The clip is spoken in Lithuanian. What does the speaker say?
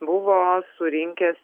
buvo surinkęs